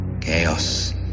Chaos